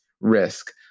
risk